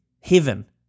heaven